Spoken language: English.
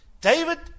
David